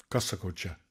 kas sakau čia